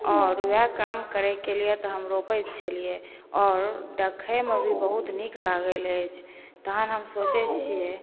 आओर वएह काम करैके लिए तऽ हम रोपै छलिए आओर देखैमे भी बहुत नीक लागल अछि तखन हम सोचै छिए